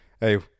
Hey